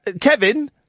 Kevin